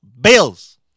Bills